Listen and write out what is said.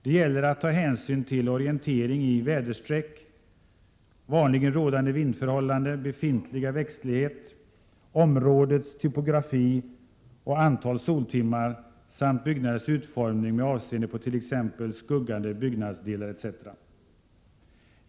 Det gäller att ta hänsyn till orientering i väderstreck, vanligen rådande vindförhållanden, befintlig växtlighet, områdets typografi och antal soltimmar samt byggnadens utformning med avseende på t.ex. skuggande byggnadsdelar etc.